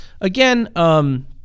again